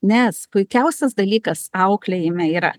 nes puikiausias dalykas auklėjime yra